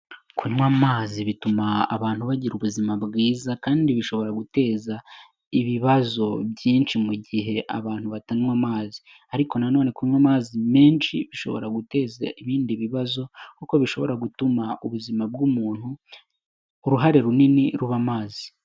Kunywa amazi bituma abantu bagira ubuzima bwiza kandi bishobora guteza ibibazo byinshi mu gihe abantu batanywa amazi. Ariko na none kunywa amazi menshi bishobora guteza ibindi bibazo kuko bishobora gutuma ubuzima bw'umuntu uruhare runini ruba amazi.